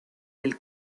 del